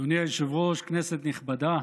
אדוני היושב-ראש, כנסת נכבדה,